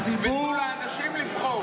ותנו לאנשים לבחור.